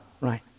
right